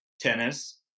tennis